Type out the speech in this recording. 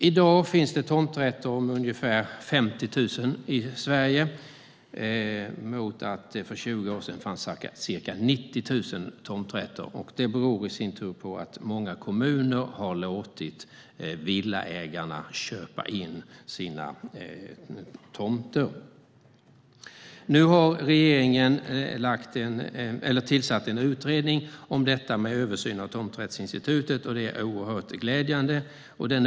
I dag finns det ungefär 50 000 tomträtter i Sverige. För 20 år sedan fanns det ca 90 000. Detta beror i sin tur på att många kommuner har låtit villaägarna köpa in sina tomter. Nu har regeringen tillsatt en utredning för översyn av tomträttsinstitutet. Det är oerhört glädjande.